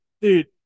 Dude